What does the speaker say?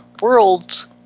worlds